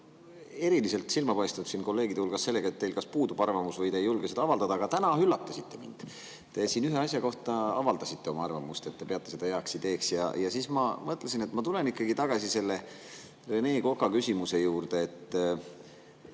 eriliselt silma paistnud siin kolleegide hulgas sellega, et teil kas puudub arvamus või te ei julge seda avaldada. Aga täna üllatasite mind – te siin ühe asja kohta avaldasite oma arvamust, et te peate seda heaks ideeks. Ja siis ma mõtlesin, et ma tulen ikkagi tagasi Rene Koka küsimuse juurde.